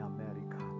America